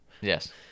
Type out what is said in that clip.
Yes